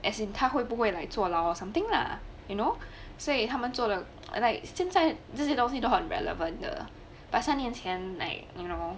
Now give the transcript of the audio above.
as in 他会不会 like 坐牢 or something lah you know 所以他们做的 like 现在这些东西都很 relevant 的 but 三年前 like you know